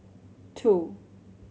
two